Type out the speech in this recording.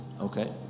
Okay